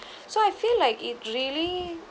so I feel like it really